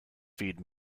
feed